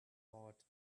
heart